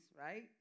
right